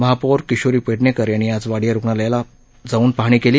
महापौर किशोरी पेडणेकर यांनी आज वाडिया रुग्णालयात जाऊन पाहणी केली